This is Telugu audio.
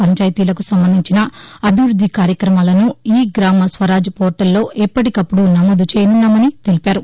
పంచాయతీలకు సంబంధించిన అభివృద్ది కార్యక్రమాలను ఈ గ్రామ స్వరాజ్ పోర్టల్లో ఎప్పటికప్పుడు నమోదు చేయనున్నామని తెలిపారు